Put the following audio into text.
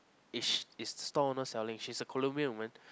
is is the store owner selling she's a Colombian woman